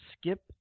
Skip